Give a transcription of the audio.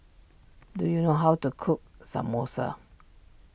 do you know how to cook Samosa